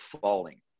falling